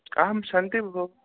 आं सन्ति भो